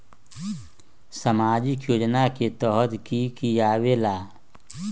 समाजिक योजना के तहद कि की आवे ला?